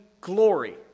glory